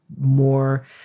more